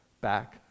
back